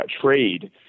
trade